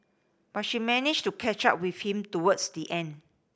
but she managed to catch up with him towards the end